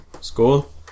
School